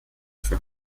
für